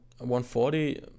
140